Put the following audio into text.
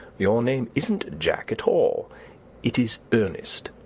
your name isn't jack at all it is ernest.